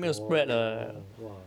oh !wah!